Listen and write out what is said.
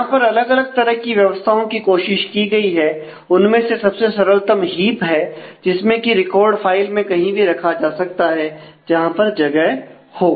यहां पर अलग अलग तरह की व्यवस्थाओं की कोशिश की गई है उनमें से सबसे सरलतम हीप है जिसमें की रिकॉर्ड फाइल में कहीं भी रखा जा सकता है जहां पर जगह हो